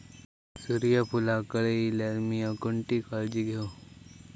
सूर्यफूलाक कळे इल्यार मीया कोणती काळजी घेव?